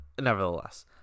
nevertheless